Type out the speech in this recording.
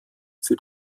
für